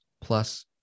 plus